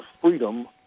freedom